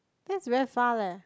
that's very far leh